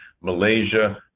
Malaysia